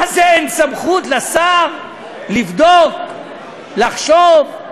מה זה, אין סמכות לשר לבדוק, לחשוב?